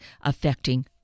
affecting